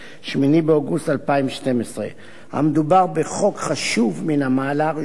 8 באוגוסט 2012. מדובר בחוק חשוב מן המעלה הראשונה,